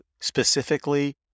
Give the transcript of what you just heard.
specifically